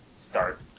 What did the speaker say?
start